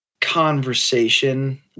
conversation